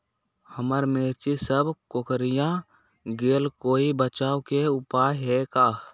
हमर मिर्ची सब कोकररिया गेल कोई बचाव के उपाय है का?